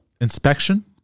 Inspection